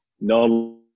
no